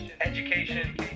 education